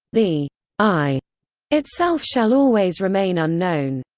the i itself shall always remain unknown.